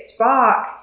Spock